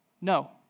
No